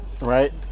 Right